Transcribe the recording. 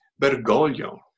Bergoglio